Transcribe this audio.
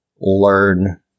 learn